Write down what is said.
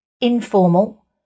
informal